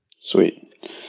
Sweet